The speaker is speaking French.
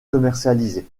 commercialisé